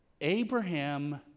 Abraham